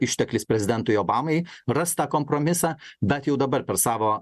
išteklis prezidentui obamai rast tą kompromisą bet jau dabar per savo